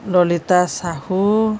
Lalita Sahu